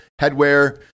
headwear